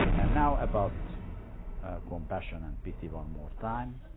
and now about compassion and pity one more time.